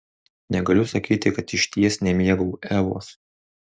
negaliu sakyti kad išties nemėgau evos